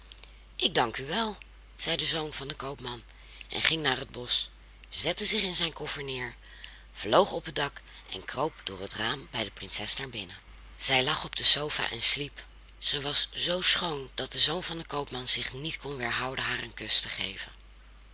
ik dank u wel zei de zoon van den koopman en ging naar het bosch zette zich in zijn koffer neer vloog op het dak en kroop door het raam bij de prinses binnen zij lag op de sofa en sliep zij was zoo schoon dat de zoon van den koopman zich niet kon weerhouden haar een kus te geven